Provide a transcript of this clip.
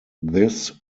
this